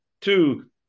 two